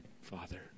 Father